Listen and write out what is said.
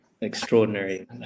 extraordinary